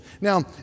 Now